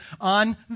on